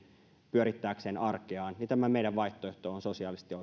pyörittääkseen arkeaan tämä meidän vaihtoehtomme on sosiaalisesti